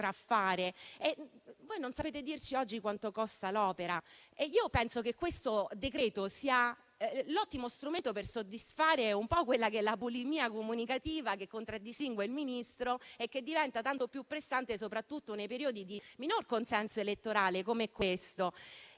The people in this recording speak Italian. Voi non sapete dirci oggi quanto costa l'opera. Penso che questo decreto-legge sia l'ottimo strumento per soddisfare la bulimia comunicativa che contraddistingue il Ministro e che diventa tanto più pressante soprattutto nei periodi di minor consenso elettorale, come questo.